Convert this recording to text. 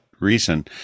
reason